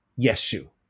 Yeshu